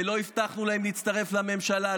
ולא הבטחנו להם להצטרף לממשלה.